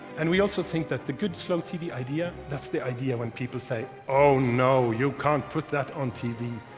and we also think that the good slow tv idea, that's the idea when people say, oh no, you can't put that on tv.